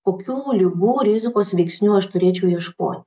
kokių ligų rizikos veiksnių aš turėčiau ieško